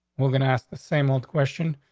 we're gonna have the same old question,